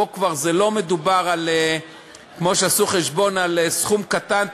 פה כבר לא מדובר, כמו שעשו חשבון, על סכום קטן.